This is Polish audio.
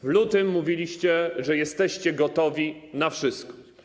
W lutym mówiliście, że jesteście gotowi na wszystko.